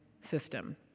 system